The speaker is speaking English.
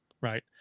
right